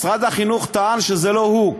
משרד החינוך טען שזה לא הוא.